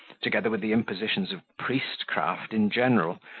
together with the impositions of priestcraft in general,